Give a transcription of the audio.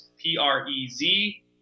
P-R-E-Z